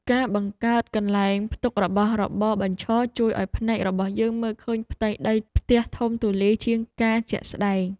ការបង្កើតកន្លែងផ្ទុករបស់របរបញ្ឈរជួយឱ្យភ្នែករបស់យើងមើលឃើញផ្ទៃដីផ្ទះធំទូលាយជាងការជាក់ស្តែង។